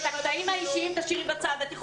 את הקטעים האישיים תשימי בצד.